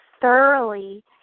thoroughly